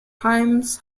chimes